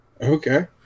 okay